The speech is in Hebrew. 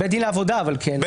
בית דין לעבודה כן.